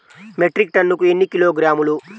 Metric టన్నుకు ఎన్ని కిలోగ్రాములు?